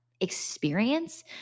experience